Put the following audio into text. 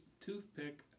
toothpick